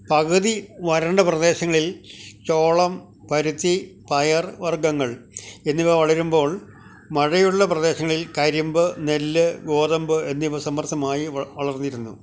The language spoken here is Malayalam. പകുതി വരണ്ട പ്രദേശങ്ങളിൽ ചോളം പരുത്തി പയർ വർഗ്ഗങ്ങൾ എന്നിവ വളരുമ്പോൾ മഴയുള്ള പ്രദേശങ്ങളിൽ കരിമ്പ് നെല്ല് ഗോതമ്പ് എന്നിവ സമൃദ്ധമായി വളര്ന്നിരുന്നു